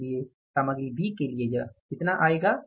इसलिए सामग्री बी के लिए यह कितना आएगा